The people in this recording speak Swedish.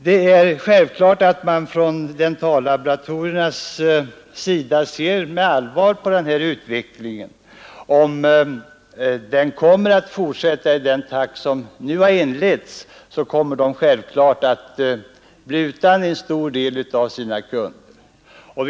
Det är självklart att dentallaboratorierna ser med allvar på den utvecklingen. Om den fortsätter i den takt som nu har inletts, så kommer de att mista en stor del av sin kundkrets.